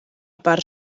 part